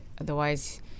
Otherwise